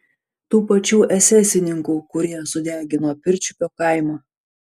tų pačių esesininkų kurie sudegino pirčiupio kaimą